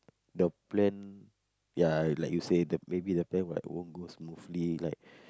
the plan ya like you say the maybe the plan like won't go smoothly like